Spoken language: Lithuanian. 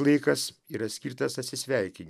laikas yra skirtas atsisveikinti